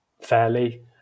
fairly